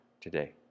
today